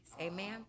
amen